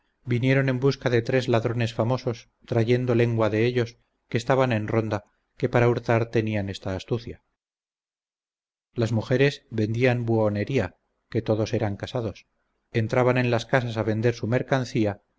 vinieron en busca de tres ladrones famosos trayendo lengua de ellos que estaban en ronda que para hurtar tenían esta astucia las mujeres vendían buhonería que todos eran casados entraban en las casas a vender su mercadería